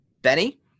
Benny